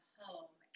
home